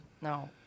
No